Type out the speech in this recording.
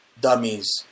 dummies